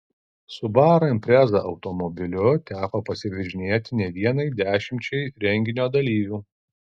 subaru impreza automobiliu teko pasivažinėti ne vienai dešimčiai renginio dalyvių